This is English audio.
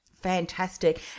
Fantastic